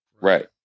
right